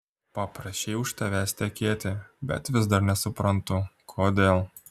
paprašei už tavęs tekėti bet vis dar nesuprantu kodėl